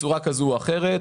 בצורה כזאת או אחרת.